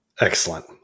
Excellent